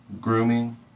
grooming